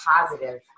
positive